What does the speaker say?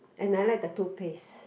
and I like the toothpaste